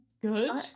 good